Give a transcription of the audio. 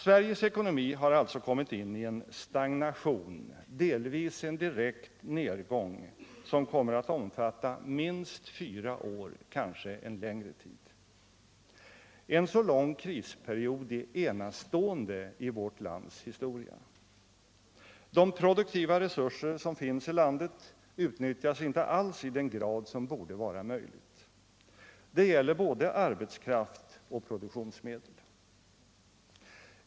Sveriges ekonomi har alltså kommit in i en stagnation, delvis en direkt nedgång, som kommer att omfatta minst fyra år, kanske längre tid. En så lång krisperiod är enastående i vårt lands historia. De produktiva resurser som finns i landet utnyttjas inte alls i den grad som borde vara möjligt. Det gäller både arbetskraft och produktionsmedel.